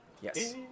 Yes